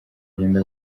agenda